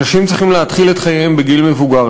אנשים צריכים להתחיל את חייהם בגיל מבוגר,